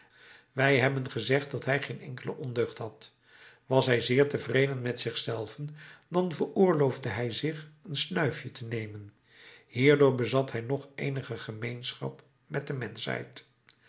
wij hebben gezegd dat hij geen enkele ondeugd had was hij zeer tevreden met zich zelven dan veroorloofde hij zich een snuifje te nemen hierdoor bezat hij nog eenige gemeenschap met de menschheid